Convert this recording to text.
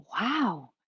wow